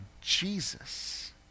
Jesus